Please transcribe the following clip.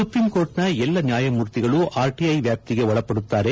ಸುಪ್ರೀಂಕೋರ್ಟ್ನ ಎಲ್ಲ ನ್ನಾಯಮೂರ್ತಿಗಳೂ ಆರ್ಟಐ ವಾಪ್ತಿಗೆ ಒಳಪಡುತ್ತಾರೆ